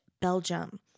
Belgium